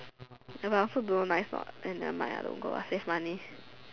ya lah I also don't know nice or not nevermind don't go lah save money